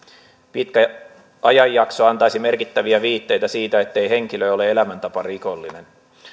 pitkä ajanjakso antaisi merkittäviä viitteitä siitä ettei henkilö ole elämäntaparikollinen